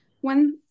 One